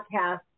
podcast